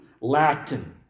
Latin